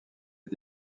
est